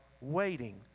waiting